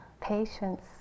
patience